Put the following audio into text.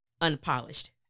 unpolished